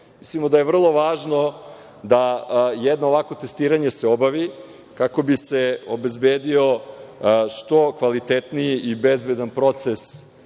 da je vrlo važno da jedno ovakvo testiranje se obavi kako bi se obezbedio što kvalitetniji i bezbedan proces